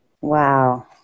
Wow